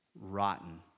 rotten